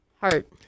Heart